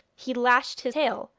he lashed his tail,